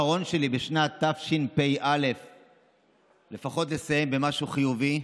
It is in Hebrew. בשנת תשפ"א אבחר לסיים במשהו חיובי.